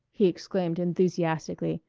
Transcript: he exclaimed enthusiastically.